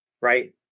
right